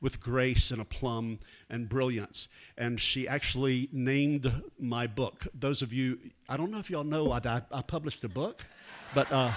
with grace and a plum and brilliance and she actually named my book those of you i don't know if you'll know what i published a book but